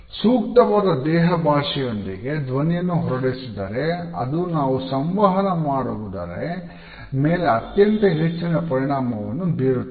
ಸೂಕ್ತವಾದ ದೇಹಭಾಷೆಯೊಂದಿಗೆ ಧ್ವನಿಯನ್ನು ಹೊರಡಿಸಿದರೆ ಅದು ನಾವು ಸಂವಹನ ಮಾಡುವುದರೆ ಮೇಲೆ ಅತ್ಯಂತ ಹೆಚ್ಚಿನ ಪರಿಣಾಮವನ್ನು ಬೀರುತ್ತದೆ